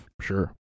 Sure